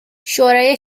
شورای